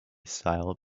style